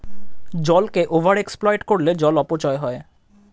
জলকে over exploit করলে জল অপচয় হয়